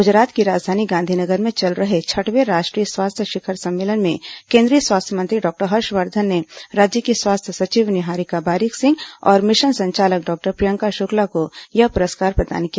गुजरात की राजधानी गांधीनगर में चल रहे छठवें राष्ट्रीय स्वास्थ्य शिखर सम्मेलन में केंद्रीय स्वास्थ्य मंत्री डॉक्टर हर्षवर्धन ने राज्य की स्वास्थ्य सचिव निहारिका बारिक सिंह और मिशन संचालक डॉक्टर प्रियंका शुक्ला को यह पुरस्कार प्रदान किया